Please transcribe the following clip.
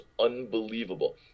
unbelievable